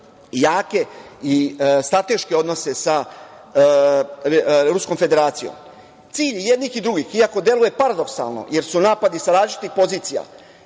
jake strateške odnose sa Ruskom Federacijom. Cilj jednih i drugih, iako deluje paradoksalno, jer su napadi sa različitih pozicija